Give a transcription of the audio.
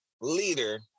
leader